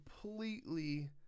completely